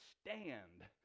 stand